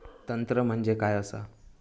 तंत्र म्हणजे काय असा?